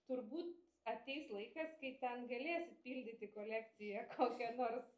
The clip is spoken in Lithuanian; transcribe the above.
turbūt ateis laikas kai ten galėsit pildyti kolekciją kokia nors